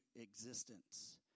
existence